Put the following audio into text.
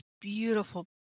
beautiful